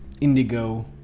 Indigo